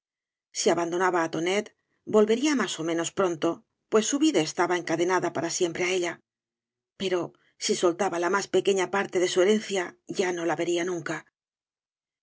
si abandonaba á tonet volvería más ó menos pronto pues su vida estaba encadenada para siempre á ella pero si soltaba la más pequeña parte de su herencia ya oo la vería nunca